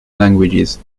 languages